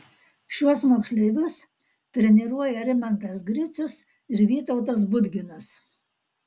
šiuos moksleivius treniruoja rimantas gricius ir vytautas budginas